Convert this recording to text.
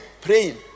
praying